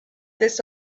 this